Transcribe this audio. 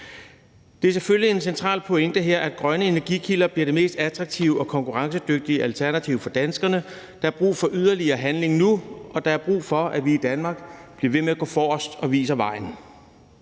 Det er selvfølgelig en central pointe her, at grønne energikilder bliver det mest attraktive og konkurrencedygtige alternativ for danskerne. Der er brug for yderligere handling nu, og der er brug for, at vi i Danmark bliver ved med at gå forrest og viser vejen.